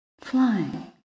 flying